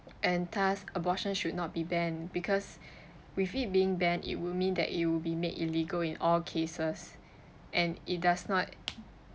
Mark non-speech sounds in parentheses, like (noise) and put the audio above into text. and thus abortion should not be banned because (breath) with it being banned it will mean that it will be made illegal in all cases and it does not